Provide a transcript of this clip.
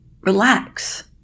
relax